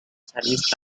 service